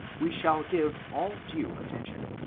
we shall give all due attention.